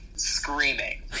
Screaming